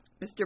Mr